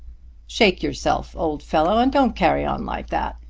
shake yourself, old fellow, and don't carry on like that.